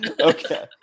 Okay